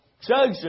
judge